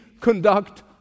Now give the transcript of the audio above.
conduct